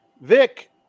Vic